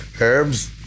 herbs